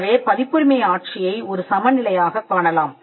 எனவே பதிப்புரிமை ஆட்சியை ஒரு சமநிலையாகக் காணலாம்